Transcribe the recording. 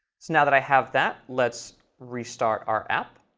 now that i have that, let's restart our app.